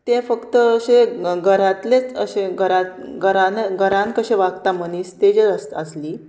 ते फक्त अशें घरांतलेंच अशें घरांत घरान घरान कशें वागता मनीस तेजेर आसली